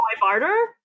barter